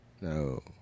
No